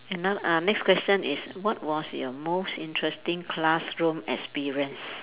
n~ uh next question is what was your most interesting classroom experience